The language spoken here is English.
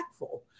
impactful